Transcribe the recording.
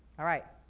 alright,